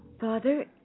Father